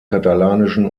katalanischen